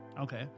okay